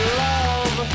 love